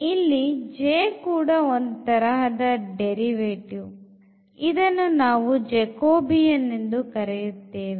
ಇಲ್ಲಿ J ಕೂಡ ಒಂದು ತರಹದ derivative ಇದನ್ನು ನಾವು jacobian ಎಂದು ಕರೆಯುತ್ತೇವೆ